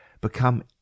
become